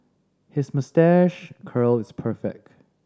his moustache curl is perfect